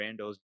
randos